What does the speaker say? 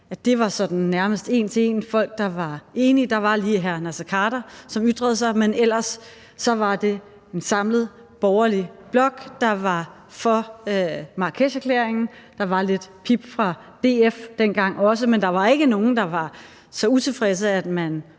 tiltrådt, nærmest en til en bestod af folk, der var enige. Der var lige hr. Naser Khader, som ytrede sig, men ellers var det en samlet borgerlig blok, der var for Marrakesherklæringen. Der var også lidt pip fra DF dengang, men der var ikke nogen, der var så utilfredse, at man